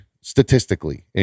statistically